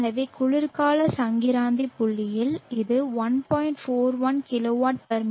எனவே குளிர்கால சங்கிராந்தி புள்ளியில் இது 1